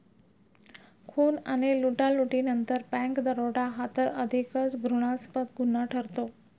खून आणि लुटालुटीनंतर बँक दरोडा हा तर अधिकच घृणास्पद गुन्हा ठरतो